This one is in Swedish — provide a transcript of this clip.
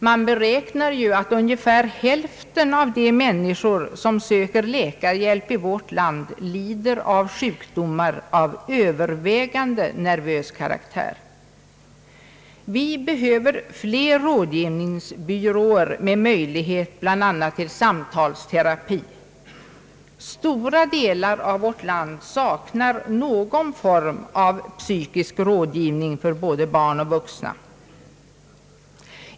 Man beräknar ju att ungefär hälften av de människor som söker läkarhjälp i vårt land lider av sjukdomar av övervägande nervös karaktär. Vi behöver fler rådgivningsbyråer med möjlighet bl.a. till samtalsterapi. Stora delar av vårt land saknar någon form av psykisk rådgivning för både barn och vuxna.